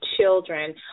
children